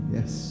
Yes